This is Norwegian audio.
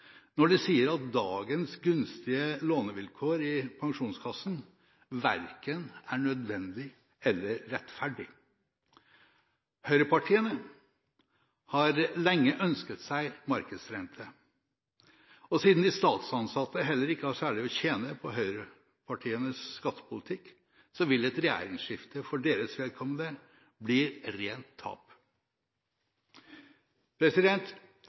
når de sier at dagens gunstige lånevilkår i Pensjonskassen verken er nødvendige eller rettferdige. Høyrepartiene har lenge ønsket seg markedsrente, og siden de statsansatte heller ikke har særlig å tjene på høyrepartienes skattepolitikk, vil et regjeringsskifte for deres vedkommende bli rent tap. En renteregulering i Statens Pensjonskasse blir